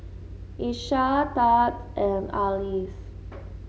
Iesha Tads and Arlis